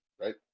Right